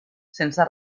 sense